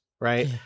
right